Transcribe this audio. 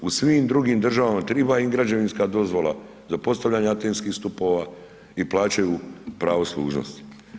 U svim drugim državama treba im građevinska dozvola za postavljanje antenskih stupova i plaćaju pravo služnosti.